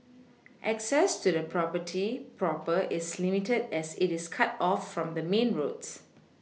access to the property proper is limited as it is cut off from the main roads